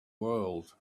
world